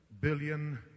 billion